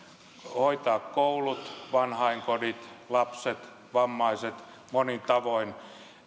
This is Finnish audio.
hoitaa koulut vanhainkodit lapset vammaiset monin tavoin